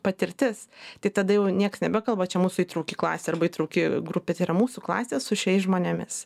patirtis tai tada jau nieks nebekalba čia mūsų įtrauki klasė arba įtrauki grupė tai yra mūsų klasė su šiais žmonėmis